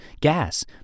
gas